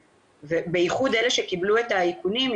בייחוד אלה שקיבלו את האיכונים,